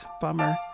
bummer